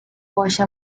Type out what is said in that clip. poste